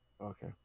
Okay